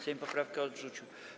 Sejm poprawkę odrzucił.